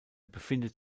befindet